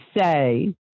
say